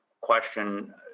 question